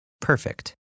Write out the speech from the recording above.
perfect